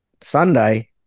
Sunday